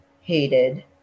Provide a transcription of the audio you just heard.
hated